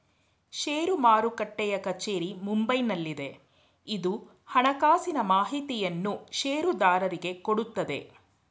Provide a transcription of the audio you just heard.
ಷೇರು ಮಾರುಟ್ಟೆಯ ಕಚೇರಿ ಮುಂಬೈನಲ್ಲಿದೆ, ಇದು ಹಣಕಾಸಿನ ಮಾಹಿತಿಯನ್ನು ಷೇರುದಾರರಿಗೆ ಕೊಡುತ್ತದೆ